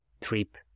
trip